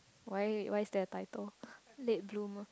why why is there a title late bloomer